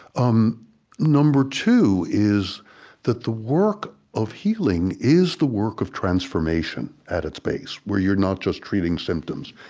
um number two is that the work of healing is the work of transformation at its base, where you're not just treating symptoms.